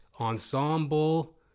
ensemble